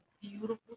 beautiful